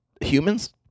humans